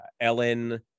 Ellen